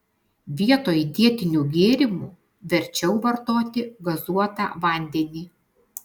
vietoj dietinių gėrimų verčiau vartoti gazuotą vandenį